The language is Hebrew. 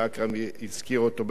הזכיר אותו בנוכחותו פה.